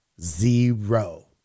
Zero